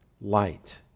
light